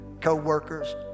co-workers